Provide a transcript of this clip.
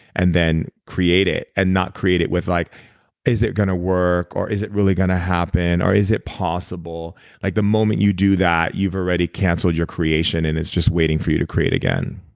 and then, create it and not create it with. like is it going to work or is it really going to happen? is it possible? like the moment you do that you've already canceled your creation and it's just waiting for you to create again